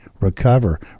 Recover